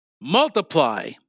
Multiply